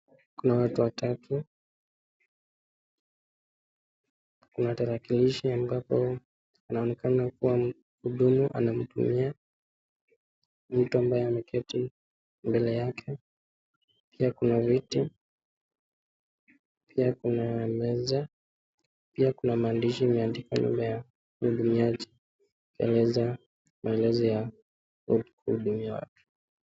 Kuna watu watatu, kuna tarakilishi ambapo inaonekana kuwa mhudumu ana mhudumia mtu ambaye ameketi mbele yake. Pia Kuna viti, pia kuna meza, pia kuna maandishi imeandikwa nyuma ya mhudumiaji kuelezea maelezo ya kuhudumiwa.